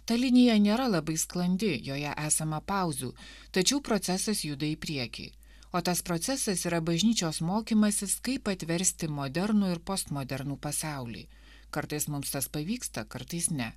ta linija nėra labai sklandi joje esama pauzių tačiau procesas juda į priekį o tas procesas yra bažnyčios mokymasis kaip atversti modernų ir postmodernų pasaulį kartais mums tas pavyksta kartais ne